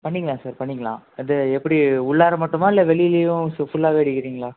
பண்ணிக்கலாம் சார் பண்ணிக்கலாம் சார் அது எப்படி உள்ளார மட்டுமா இல்லை வெளிலையும் சு ஃபுல்லாகவே அடிக்கிறீங்களா